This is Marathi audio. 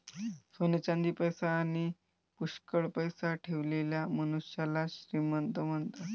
सोने चांदी, पैसा आणी पुष्कळ पैसा ठेवलेल्या मनुष्याला श्रीमंत म्हणतात